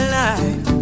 life